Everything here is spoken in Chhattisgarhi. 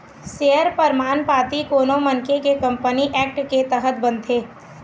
सेयर परमान पाती कोनो मनखे के कंपनी एक्ट के तहत बनथे